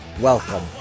welcome